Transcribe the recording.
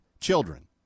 children